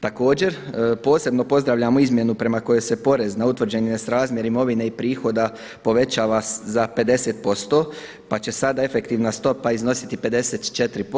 Također posebno pozdravljamo izmjenu prema kojoj se porez na utvrđeni nesrazmjer imovine i prihoda povećava za 50%, pa će sad efektivna stopa iznositi 54%